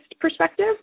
perspective